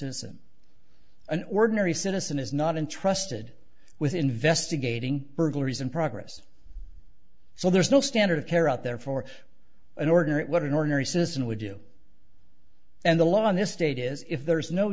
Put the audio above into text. citizen an ordinary citizen is not intrusted with investigating burglaries in progress so there's no standard of care out there for an ordinary what an ordinary citizen would do and the law in this state is if there's no